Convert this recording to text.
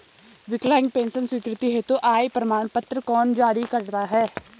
विकलांग पेंशन स्वीकृति हेतु आय प्रमाण पत्र कौन जारी करता है?